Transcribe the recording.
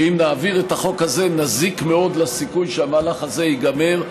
שאם נעביר את החוק הזה נזיק מאוד לסיכוי שהמהלך הזה ייגמר.